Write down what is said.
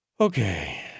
Okay